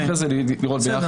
אפשר אחרי זה לראות יחד.